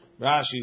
Rashi